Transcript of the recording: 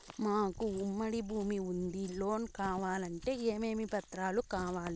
మాకు ఉమ్మడి భూమి ఉంది లోను కావాలంటే ఏమేమి పత్రాలు కావాలి?